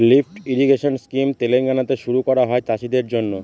lift irrigation scheme তেলেঙ্গানাতে শুরু করা হয় চাষীদের জন্য